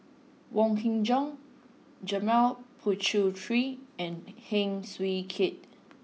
Wong Kin Jong Janil Puthucheary and Heng Swee Keat